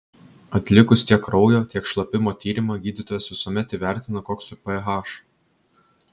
atlikus tiek kraujo tiek šlapimo tyrimą gydytojas visuomet įvertina koks jų ph